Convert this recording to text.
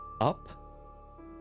Up